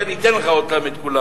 אני אתן לך את כולם.